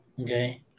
okay